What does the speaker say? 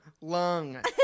lung